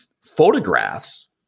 photographs